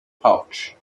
pouch